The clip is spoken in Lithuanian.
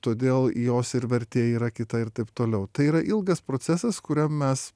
todėl jos ir vertė yra kita ir taip toliau tai yra ilgas procesas kuriam mes